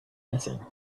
missing